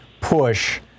push